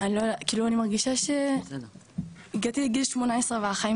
כאילו אני מרגישה שהגעתי לגיל 18 והחיים